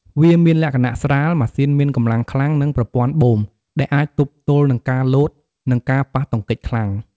វាមានលក្ខណៈស្រាល ម៉ាស៊ីនមានកម្លាំងខ្លាំង និងប្រព័ន្ធបូម ដែលអាចទប់ទល់នឹងការលោត និងការប៉ះទង្គិចខ្លាំង។